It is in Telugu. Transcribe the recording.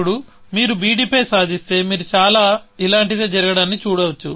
ఇప్పుడు మీరు bd పై సాధిస్తే మీరు చాలా ఇలాంటిదే జరగడాన్ని చూడవచ్చు